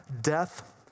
death